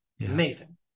Amazing